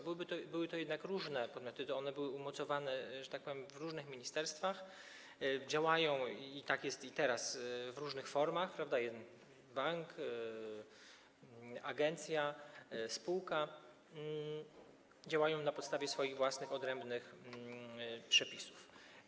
Były to jednak różne podmioty, one były umocowane, że tak powiem, w różnych ministerstwach, działają - tak jest i teraz - w różnych formach: bank, agencja, spółka, działają na podstawie swoich własnych, odrębnych przepisów.